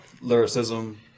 lyricism